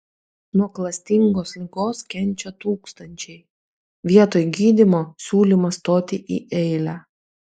nuo klastingos ligos kenčia tūkstančiai vietoj gydymo siūlymas stoti į eilę